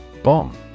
Bomb